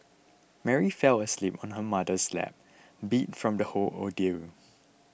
Mary fell asleep on her mother's lap beat from the whole ordeal